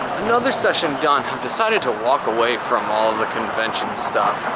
another session done, have decided to walk away from all the convention stuff.